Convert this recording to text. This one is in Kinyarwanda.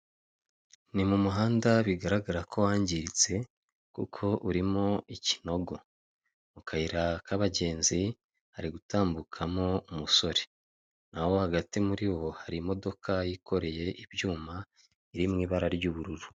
Ni mu muhanda bigaragara ko wangiritse, kuko urimo ikinogo. Mu kayira k'abagenzi, hari gutambukamo umusore, naho hagati muri wo, hari imodoka yikoreye ibyuma iri mu ibara ry'ubururu.